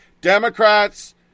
Democrats